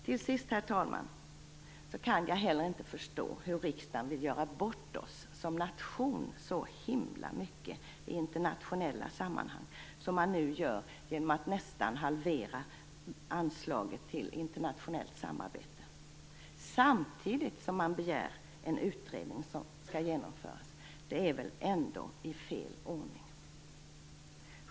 Till sist, herr talman, kan jag heller inte förstå varför riksdagen vill göra bort Sverige som nation så till den milda grad i internationella sammanhang. Det görs ju nu genom att anslaget till internationellt samarbete nästan halveras. Samtidigt begär riksdagen att en utredning skall genomföras. Det är väl ändå i fel ordning!